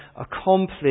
accomplished